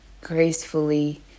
gracefully